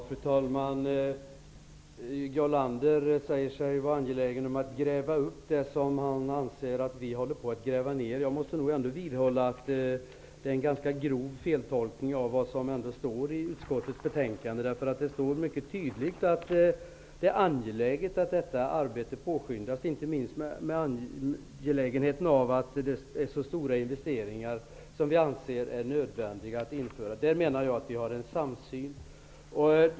Fru talman! Jarl Lander säger sig vara angelägen att gräva upp det som han anser att vi håller på att gräva ner. Jag måste nog ändå vidhålla att det är en ganska grov feltolkning av vad som står i utskottets betänkande. Där framhålls mycket tydligt att det är angeläget att detta arbete påskyndas, inte minst med anledning av att vi anser att så stora investeringar är nödvändiga. Där menar jag att vi har en samsyn.